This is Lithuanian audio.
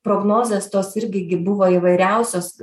prognozės tos irgi gi buvo įvairiausios